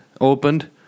opened